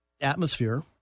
atmosphere